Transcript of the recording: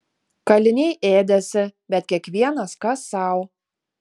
kaliniai ėdėsi bet kiekvienas kas sau